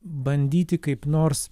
bandyti kaip nors